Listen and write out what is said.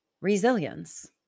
resilience